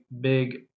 big